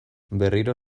berriro